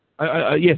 Yes